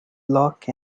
luck